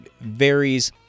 varies